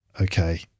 Okay